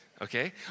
okay